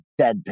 deadpan